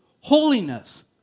holiness